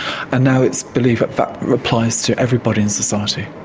and now it's believed that that applies to everybody in society.